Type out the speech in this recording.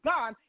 God